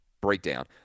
breakdown